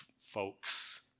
folks